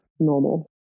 normal